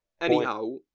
Anyhow